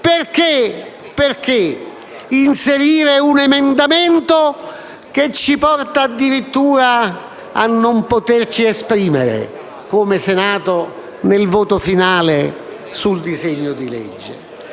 allora, inserire un emendamento che ci porta addirittura a non poterci esprimere, come Senato, nel voto finale sul disegno di legge?